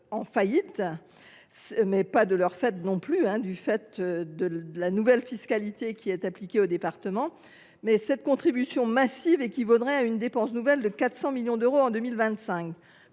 en faillite – pas de leur fait non plus, mais en raison de la nouvelle fiscalité qui leur est appliquée –, cette contribution massive équivaudrait à une dépense nouvelle de 400 millions d’euros en 2025.